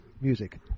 music